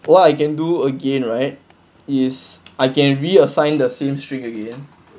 what I can do again right is I can re assign the same string again